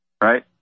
Right